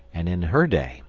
and in her day,